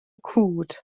cwd